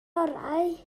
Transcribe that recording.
orau